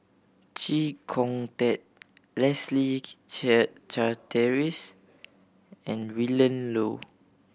Chee Kong Tet Leslie Charteris and Willin Low